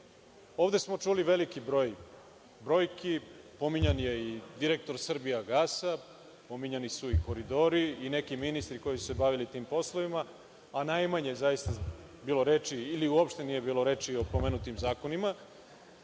Ovde smo čuli veliki broj, pominjan je i direktor „Srbijagasa“, pominjani su i koridori i neki ministri koji su se bavili tim poslovima, a najmanje je bilo reči ili opšte nije bilo reči o pomenutim zakonima. Mislim